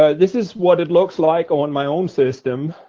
ah this is what it looks like on my own system,